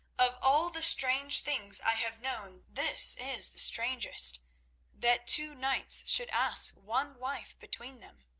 of all the strange things i have known, this is the strangest that two knights should ask one wife between them.